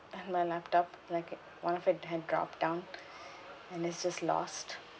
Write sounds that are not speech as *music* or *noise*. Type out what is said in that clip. in my laptop like one of it had dropped down *breath* and it's just lost